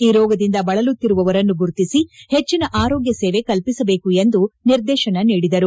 ಈ ರೋಗದಿಂದ ಬಳಲುತ್ತಿರುವವರನ್ನು ಗುರ್ತಿಸಿ ಹೆಚ್ಚಿನ ಆರೋಗ್ಯ ಸೇವೆ ಕಲ್ಲಿಸಬೇಕು ಎಂದು ಅವರು ನಿರ್ದೇಶನ ನೀಡಿದರು